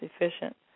efficient